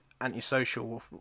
antisocial